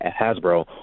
Hasbro